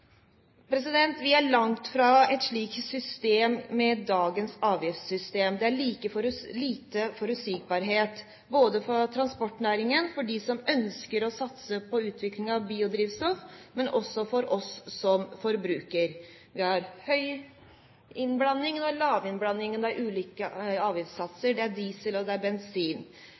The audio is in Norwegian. Vi er langt fra et slikt system med dagens avgiftssystem. Det er lite forutsigbarhet både for transportnæringen, for dem som ønsker å satse på utvikling av biodrivstoff, og for oss som forbrukere. Vi har høyinnblandingen og lavinnblandingen og ulike avgiftssatser; det er diesel, og det er bensin.